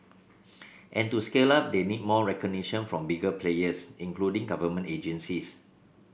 and to scale up they need more recognition from bigger players including government agencies